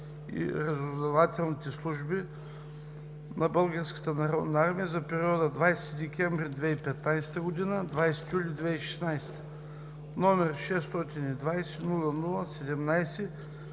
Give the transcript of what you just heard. и разузнавателните служби на Българската народна армия за периода 20 декември 2015 г. – 20 юли 2016 г.